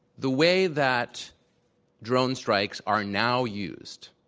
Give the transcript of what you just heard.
the way that drone strikes are now used,